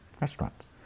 restaurants